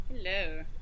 Hello